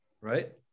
right